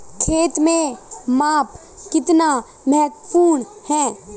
खेत में माप कितना महत्वपूर्ण है?